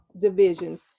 divisions